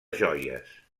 joies